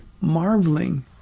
marveling